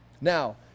now